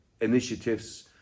initiatives